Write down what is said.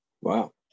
wow